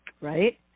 Right